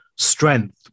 strength